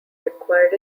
required